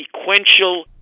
sequential